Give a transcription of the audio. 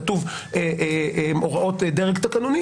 כשיש הוראות דרג תקנוני,